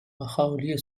مخالی